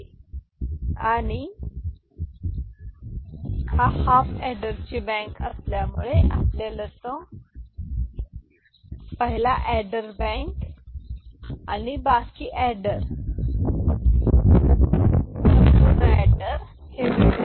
तर हा अर्धा अॅडर हाफ अॅडरची बँक आपल्याकडे जो पहिला अॅडर बँक आहे तो अर्धा अॅडर आहे तर उर्वरित संपूर्ण अॅडर हे ठीक आहे का